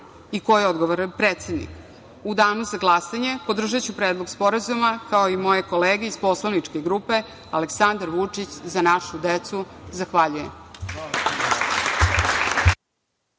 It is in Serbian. i ko je odgovoran predsednik.U danu za glasanje podržaću predlog sporazuma, kao i moje kolege iz poslaničke grupe Aleksandar Vučić – Za našu decu. Zahvaljujem.